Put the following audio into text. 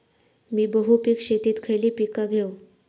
मी बहुपिक शेतीत खयली पीका घेव?